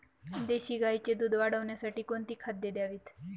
देशी गाईचे दूध वाढवण्यासाठी कोणती खाद्ये द्यावीत?